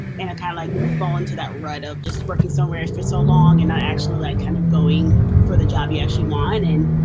and it kind of like fall into that rut of just working somewhere for so long and not actually like kind of going for the job you actually want. and